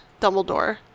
Dumbledore